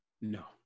No